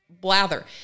blather